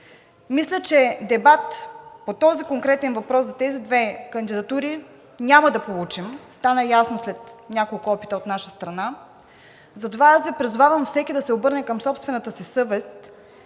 Мисля, че дебат по конкретния въпрос за тези две кандидатури няма да получим – стана ясно след няколко опита от наша страна. Затова Ви призовавам всеки да се обърне към собствената си съвест